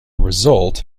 result